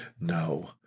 no